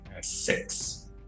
six